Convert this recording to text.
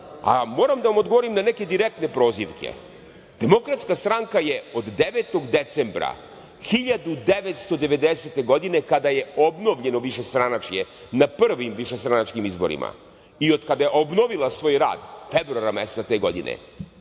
da vam odgovorim na neke direktne prozivke. Demokratska stranka je od 9. decembra 1990. godine, kada je obnovljeno višestranačje na prvim višestranačkim izborima i od kada je obnovila svoj rad februara mesa te godine,